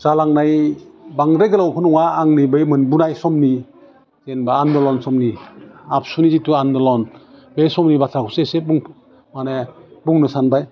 जालांनाय बांद्राय गोलावखौ नङा आंनि बै मोनबोनाय समनि जेनबा आन्ड'लन समनि आबसुनि जिथु आन्ड'लन बे समनि बाथ्राखौसो एसे बुं माने बुंनो सानबाय